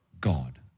God